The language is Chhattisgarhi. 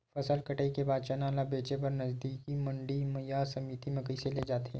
फसल कटाई के बाद चना ला बेचे बर नजदीकी मंडी या समिति मा कइसे ले जाथे?